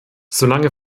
solange